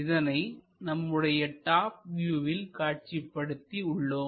இதனை நம்முடைய டாப் வியூவில் காட்சிப்படுத்தி உள்ளோம்